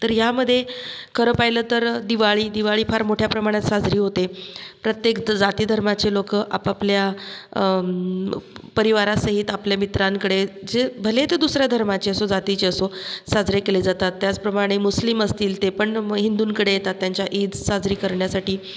तर यामध्ये खरं पाहिलं तर दिवाळी दिवाळी फार मोठ्या प्रमाणात साजरी होते प्रत्येक जातीधर्माची लोकं आपआपल्या परिवारासहित आपल्या मित्रांकडे जे भले ते दुसऱ्या धर्माचे असो जातीचे असो साजरे केले जातात त्याचप्रमाणे मुस्लिम असतील ते पण मग हिंदूकडे येतात त्यांच्या ईद साजरी करण्यासाठी